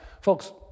Folks